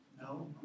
No